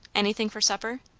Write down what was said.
anything for supper?